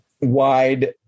wide